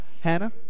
Hannah